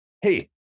hey